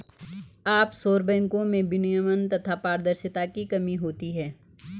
offshore बैंको में विनियमन तथा पारदर्शिता की कमी होती है